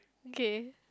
okay